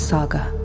Saga